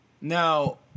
Now